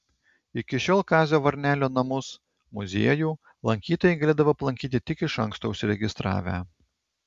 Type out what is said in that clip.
iki šiol kazio varnelio namus muziejų lankytojai galėdavo aplankyti tik iš anksto užsiregistravę